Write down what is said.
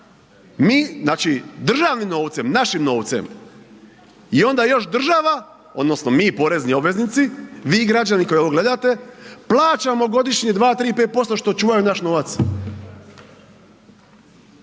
mi državnim novcem, našim novcem i onda još država odnosno mi porezni obveznici, vi građani koji ovo gledate plaćamo godišnje 2, 3, 5% što čuvaju naš novac.